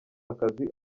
akazi